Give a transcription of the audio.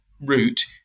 route